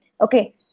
okay